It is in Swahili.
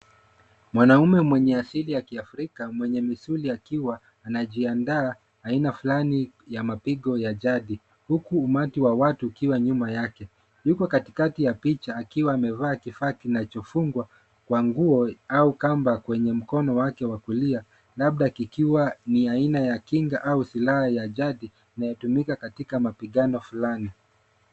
Mwanaume mwenye asili ya kiafrika mwenye misuli akiwa anajiandaa aina fulani ya mapigo ya jadi huku umati wa watu ukiwa nyuma yake. Yuko katikati ya picha akiwa amevaa kifaa kinachofungwa kwa nguo au kamba kwenye mkono wake wa kulia labda kikiwa ni aina ya kinga au silaha ya jadi inayotumika katika mapigano fulani.